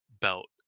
belt